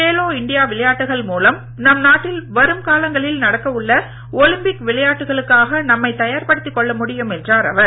Khelo India விளையாட்டுகள் மூலம் நம் வரும் காலங்களில் நடக்கவுள்ள ஒலிம்பிக் நாட்டில் விளையாட்டுகளுக்காக நம்மை தயார்ப்படுத்திக் கொள்ள முடியும் என்றார் அவர்